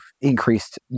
increased